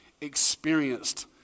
experienced